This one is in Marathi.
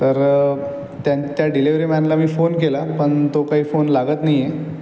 तर त्यां त्या डिलेवरी मॅनला मी फोन केला पण तो काय फोन लागत नाही आहे